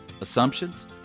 assumptions